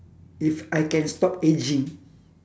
if I can stop ageing